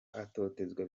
atotezwa